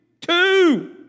Two